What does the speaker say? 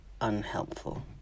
unhelpful